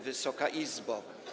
Wysoka Izbo!